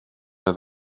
oedd